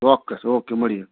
ચોક્કસ ઓકે મળીએ